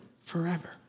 forever